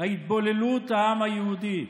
התבוללות העם היהודי.